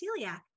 celiac